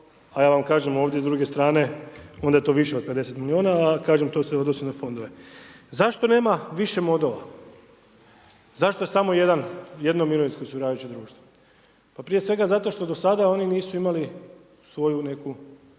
a ja vam kažem ovdje s druge strane onda je to više od 50 milijuna, a kažem to se odnosi na fondove. Zašto nema više modova? Zašto samo jedno mirovinsko osiguravajuće društvo? Pa prije svega zato što do sada oni nisu imali svoju neku